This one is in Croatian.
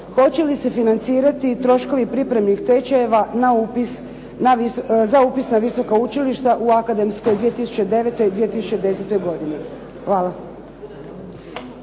Hoće li se financirati troškovi pripremnih tečajeva za upis na visoka učilišta u akademskoj 2009./2010. godini? Hvala.